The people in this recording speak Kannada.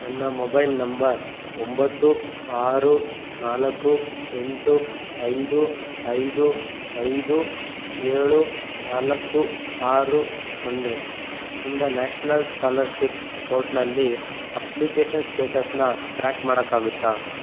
ನನ್ನ ಮೊಬೈಲ್ ನಂಬರ್ ಒಂಬತ್ತು ಆರು ನಾಲ್ಕು ಎಂಟು ಐದು ಐದು ಐದು ಏಳು ನಾಲ್ಕು ಆರು ಸೊನ್ನೆ ಇಂದ ನ್ಯಾಷನಲ್ ಸ್ಕಾಲರ್ಶಿಪ್ ಪೋರ್ಟ್ನಲ್ಲಿ ಅಪ್ಲಿಕೇಷನ್ ಸ್ಟೇಟಸ್ನ ಟ್ರ್ಯಾಕ್ ಮಾಡೋಕ್ಕಾಗುತ್ತಾ